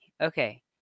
Okay